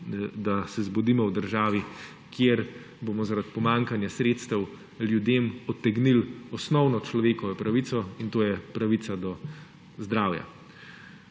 da se zbudimo v državi, kjer bomo zaradi pomanjkanja sredstev ljudem odtegnili osnovno človekovo pravico; in to je pravica do zdravja.